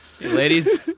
Ladies